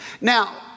Now